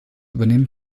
übernehmen